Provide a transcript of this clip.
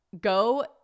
go